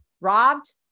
robbed